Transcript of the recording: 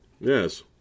Yes